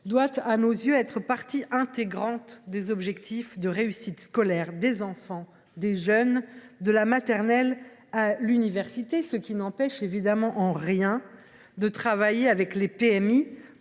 doit à nos yeux être partie intégrante des objectifs de réussite scolaire des enfants, des jeunes, de la maternelle à l’université, ce qui n’empêche évidemment en rien de travailler avec les